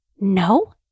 No